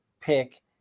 pick